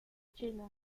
china